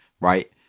right